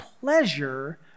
pleasure